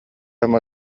ама